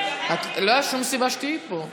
לא הייתה שום סיבה שתהיי פה.